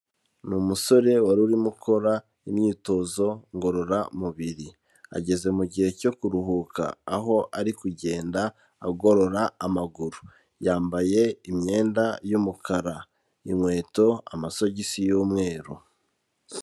Ni umusore wari urimo ukora imyitozo ngororamubiri. Ageze mu gihe cyo kuruhuka aho ari kugenda agorora amaguru. Yambaye imyenda y'umukara, inkweto, amasogisi y'umweru.